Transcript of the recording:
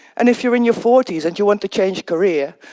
and if you're in your forty s and you want to change career,